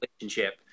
relationship